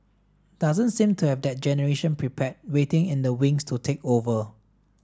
doesn't seem to have that generation prepared waiting in the wings to take over